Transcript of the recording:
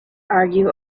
argue